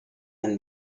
mein